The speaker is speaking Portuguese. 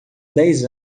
dez